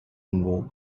enrolled